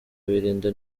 birinda